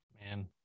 Man